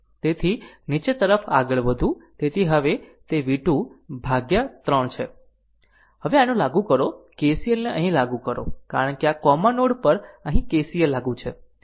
તેથી નીચે તરફ આગળ વધવું તેથી હવે તે v 2 ભાગ્યા 3 છે હવે આને લાગુ કરો KCL ને અહીં લાગુ કરો કારણ કે આ એક કોમન નોડ પર અહીં KCL લાગુ છે